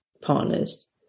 partners